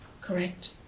Correct